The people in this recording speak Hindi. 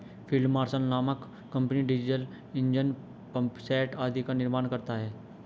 फील्ड मार्शल नामक कम्पनी डीजल ईंजन, पम्पसेट आदि का निर्माण करता है